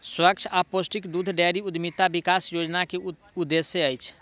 स्वच्छ आ पौष्टिक दूध डेयरी उद्यमिता विकास योजना के उद्देश्य अछि